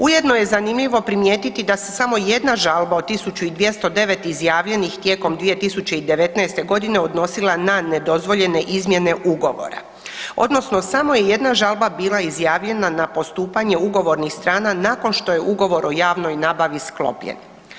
Ujedno je zanimljivo primijetiti da se samo jedna žalba od 1209 izjavljenih tijekom 2019.g. odnosila na nedozvoljene izmjene ugovora odnosno samo je jedna žalba bila izjavljena na postupanje ugovornih strana nakon što je ugovor o javnoj nabavi sklopljen.